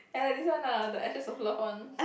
!aiya! this one ah the ashes of love one